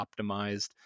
optimized